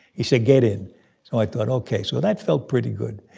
he said get in. so i thought, ok. so that felt pretty good.